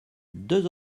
deux